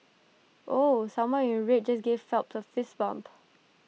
ooh someone in red just gave Phelps A fist bump